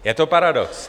Je to paradox.